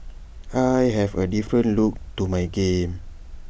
I have A different look to my game